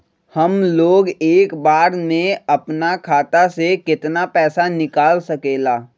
हमलोग एक बार में अपना खाता से केतना पैसा निकाल सकेला?